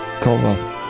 cover